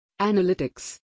Analytics